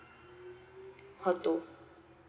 auto